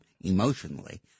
emotionally